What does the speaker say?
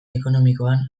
ekonomikoan